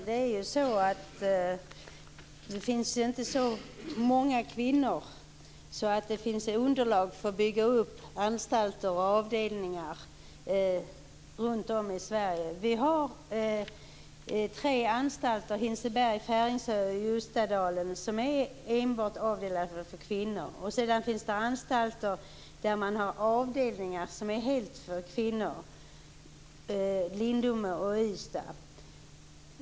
Herr talman! Det finns inte så många kvinnor att det finns underlag för att bygga upp anstalter och avdelningar runt om i Sverige. Vi har tre anstalter - Hinseberg, Färingsö och Ljustadalen - som är avdelade enbart för kvinnor. Sedan finns det anstalter där man har avdelningar som är helt för kvinnor - Lindome och Ystad.